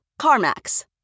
CarMax